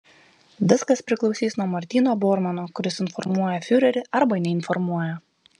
viskas priklausys nuo martyno bormano kuris informuoja fiurerį arba neinformuoja